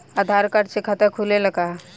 आधार card से खाता खुले ला का?